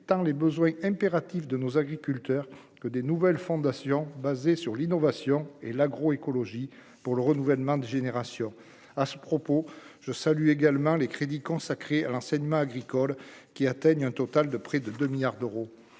tant les besoins impératifs de nos agriculteurs, que des nouvelles fondations basée sur l'innovation et l'agroécologie pour le renouvellement des générations, à ce propos, je salue également les crédits consacrés à l'enseignement agricole qui atteignent un total de près de 2 milliards d'euros,